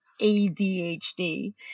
ADHD